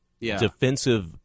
defensive